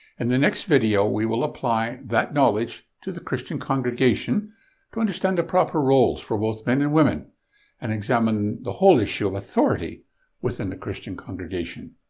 and the next video, we will apply that knowledge to the christian congregation to understand the proper roles for both men and women and examine the whole issue of authority within the christian congregation.